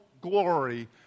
glory